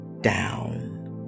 down